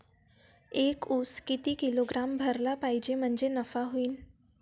एक उस किती किलोग्रॅम भरला पाहिजे म्हणजे नफा होईन?